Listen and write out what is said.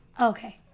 Okay